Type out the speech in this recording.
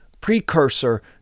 precursor